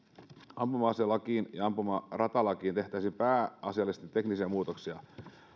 ampuma aselakiin ja ampumaratalakiin tehtäisiin pääasiallisesti teknisiä muutoksia